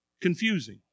confusing